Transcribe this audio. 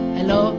Hello